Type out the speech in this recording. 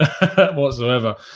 whatsoever